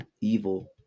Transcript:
evil